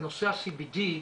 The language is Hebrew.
בנושא ה-CBD,